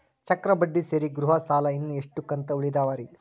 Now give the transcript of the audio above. ಚಕ್ರ ಬಡ್ಡಿ ಸೇರಿ ಗೃಹ ಸಾಲ ಇನ್ನು ಎಷ್ಟ ಕಂತ ಉಳಿದಾವರಿ?